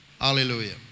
Hallelujah